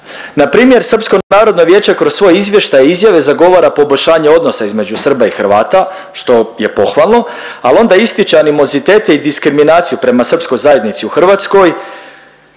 jako kontroverzne. Npr. SNV kroz svoje izvještaje i izjave zagovara poboljšanje odnosa između Srba i Hrvata, što je pohvalno, ali onda ističe animozitete i diskriminaciju prema srpskoj zajednici u Hrvatskoj,